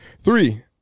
Three